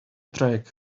track